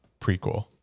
prequel